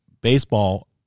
baseball